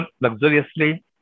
luxuriously